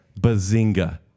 Bazinga